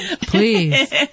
please